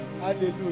Hallelujah